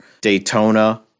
Daytona